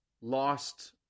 lost